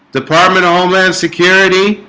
department homeland security